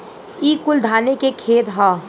ई कुल धाने के खेत ह